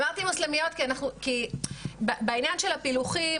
אמרתי מוסלמיות כי בענין של הפילוחים